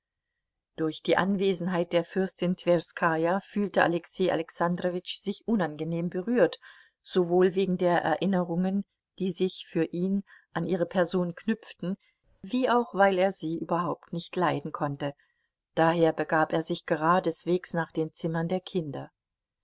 durch die anwesenheit der fürstin twerskaja fühlte alexei alexandrowitsch sich unangenehm berührt sowohl wegen der erinnerungen die sich für ihn an ihre person knüpften wie auch weil er sie überhaupt nicht leiden konnte daher begab er sich geradeswegs nach den zimmern der kinder